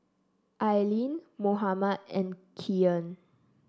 Aileen Mohammed and Kyan